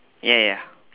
ya ya